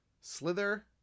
Slither